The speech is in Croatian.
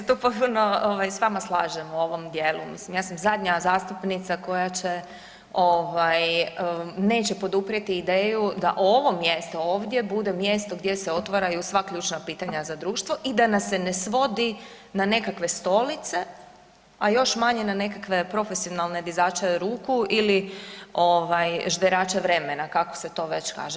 Ja se tu potpuno ovaj s vama slažem u ovom dijelu, mislim ja sam zadnja zastupnica koja će ovaj neće poduprijeti ideju da ovo mjesto ovdje bude mjesto gdje se otvaraju sva ključna pitanja za društvo i da nas se ne svodi na nekakve stolice, a još manje na nekakve profesionalne dizače ruku ili ovaj, žderače vremena, kako se to već kaže.